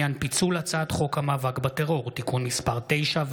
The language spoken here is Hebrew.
חוק העברת מידע לצורך זיהוי